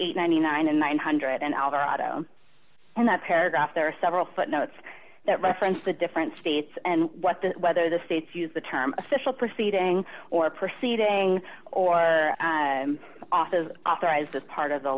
and ninety nine and nine hundred and alvarado in that paragraph there are several footnotes that reference the different states and what the whether the states use the term official proceeding or proceeding or office authorized as part of the